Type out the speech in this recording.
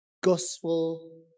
gospel